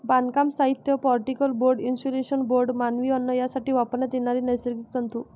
बांधकाम साहित्य, particle board, insulation board, मानवी अन्न यासाठी वापरण्यात येणारे नैसर्गिक तंतू